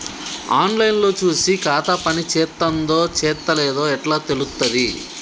On line లో చూసి ఖాతా పనిచేత్తందో చేత్తలేదో ఎట్లా తెలుత్తది?